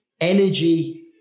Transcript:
energy